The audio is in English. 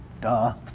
Duh